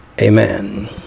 Amen